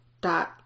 dot